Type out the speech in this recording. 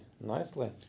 nicely